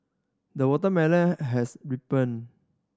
the watermelon has ripened